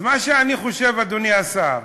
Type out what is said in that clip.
אז מה שאני חושב, אדוני השר,